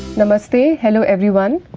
namastey! hello everyone!